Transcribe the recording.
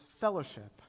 fellowship